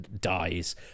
dies